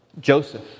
Joseph